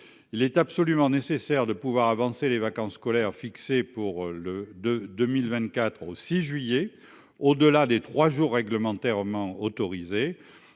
Il est absolument nécessaire de pouvoir avancer les vacances scolaires fixée pour le de 2024 au 6 juillet. Au delà des 3 jours réglementairement autorisée.